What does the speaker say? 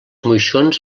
moixons